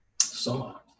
Soma